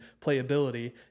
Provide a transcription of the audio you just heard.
playability